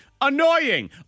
annoying